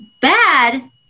bad